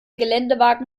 geländewagen